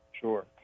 Sure